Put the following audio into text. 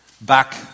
back